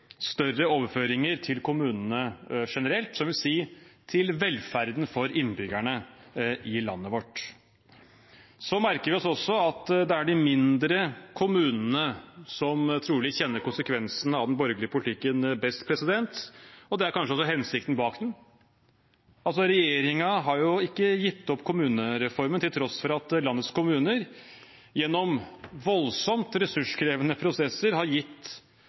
større overføringer til kommunene generelt – jeg tror jeg vil si til velferden for innbyggerne i landet vårt. Så merker vi oss også at det er de mindre kommunene som trolig kjenner konsekvensene av den borgerlige politikken best, og det er kanskje også hensikten bak den. Regjeringen har jo ikke gitt opp kommunereformen, til tross for at landets kommuner gjennom voldsomt ressurskrevende prosesser har gitt